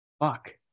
Fuck